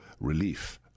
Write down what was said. relief